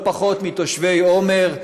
לא פחות מתושבי עומר,